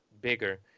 bigger